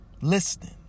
Listening